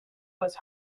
was